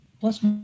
plus